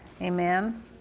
Amen